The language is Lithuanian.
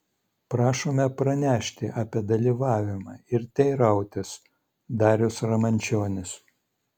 prašome pranešti apie dalyvavimą ir teirautis darius ramančionis